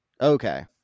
Okay